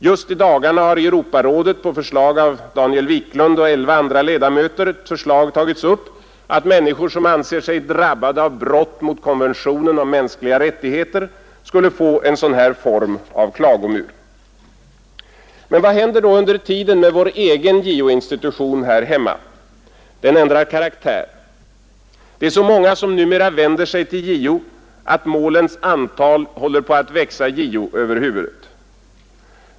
Just i dagarna har Europarådet efter förslag av Daniel Wiklund och elva andra ledamöter tagit upp tanken att människor som anser sig drabbade av brott mot konventionen om de mänskliga rättigheterna skulle få en sådan form av klagomur, Men vad händer då under tiden här hemma med vår egen JO-institution? Den ändrar karaktär. Det är så många som numera vänder sig till JO att målens antal håller på att växa JO över huvudet.